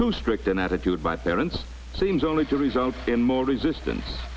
too strict an attitude by parents seems only result in more resistance